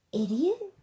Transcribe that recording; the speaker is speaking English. idiot